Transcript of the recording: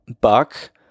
Buck